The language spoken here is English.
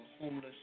homeless